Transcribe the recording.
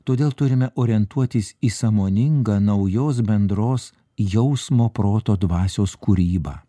todėl turime orientuotis į sąmoningą naujos bendros jausmo proto dvasios kūrybą